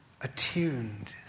attuned